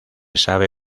sabe